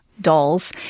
dolls